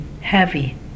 heavy